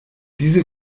diese